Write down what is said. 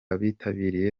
abitabiriye